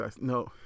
No